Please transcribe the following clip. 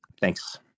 Thanks